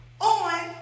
on